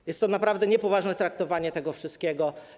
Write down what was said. To jest naprawdę niepoważne traktowanie tego wszystkiego.